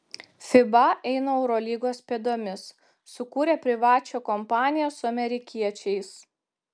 fiba eina eurolygos pėdomis sukūrė privačią kompaniją su amerikiečiais